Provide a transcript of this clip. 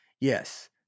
yes